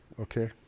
okay